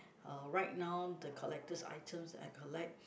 uh right now the collector's items that I collect